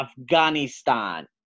Afghanistan